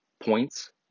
points